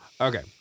Okay